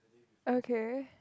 okay